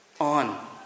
on